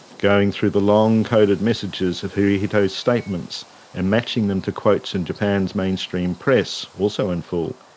going through the long coded messages of hirohito's statements and matching them to quotes in japan's mainstream press, also in full,